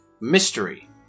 mystery